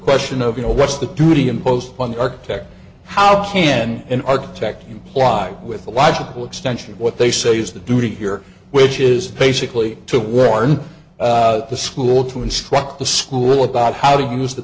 question of you know what's the duty imposed on the architect how can an architect comply with the logical extension of what they say is the duty here which is basically to warn the school to instruct the school about how to use the